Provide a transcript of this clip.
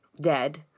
dead